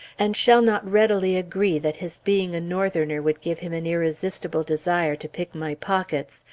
and shall not readily agree that his being a northerner would give him an irresistible desire to pick my pockets,